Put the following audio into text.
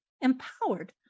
empowered